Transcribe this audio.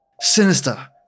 sinister